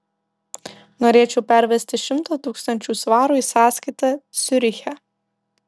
norėčiau pervesti šimtą tūkstančių svarų į sąskaitą ciuriche